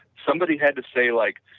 somebody had to say like,